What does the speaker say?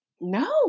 No